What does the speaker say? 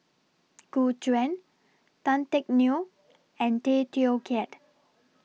Gu Juan Tan Teck Neo and Tay Teow Kiat